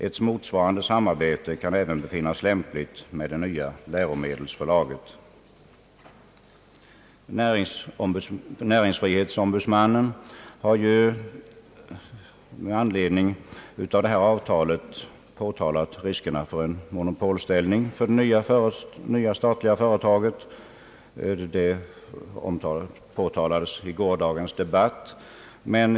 Ett motsvarande samarbete kan även befinnas lämpligt med det nya läromedelsförlaget.» Bland andra har näringsfrihetsom budsmannen, som påtalades i gårdagens debatt vid behandlingen av statsutskottets utlåtande nr 96, med anledning av samarbetsavtalet påtalat riskerna för en monopolställning för det nya statliga företaget.